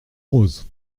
rose